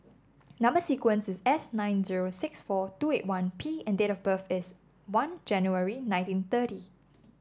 number sequence is S nine zero six four two eight one P and date of birth is one January nineteen thirty